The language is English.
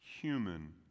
human